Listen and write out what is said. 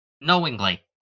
Knowingly